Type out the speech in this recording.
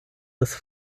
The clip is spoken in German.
des